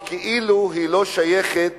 וכאילו היא לא שייכת